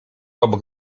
obok